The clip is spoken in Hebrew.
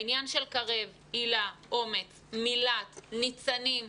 העניין של קרב, היל"ה, אומץ, מיל"ט, ניצנים,